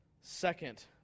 Second